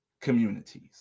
communities